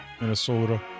Minnesota